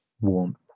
warmth